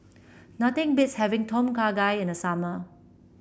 nothing beats having Tom Kha Gai in the summer